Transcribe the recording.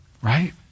Right